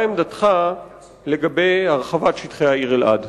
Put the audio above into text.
מה עמדתך לגבי הרחבת שטחי העיר אלעד?